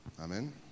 Amen